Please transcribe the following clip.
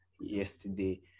yesterday